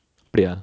அப்டியா:apdiya